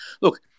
Look